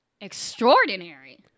Extraordinary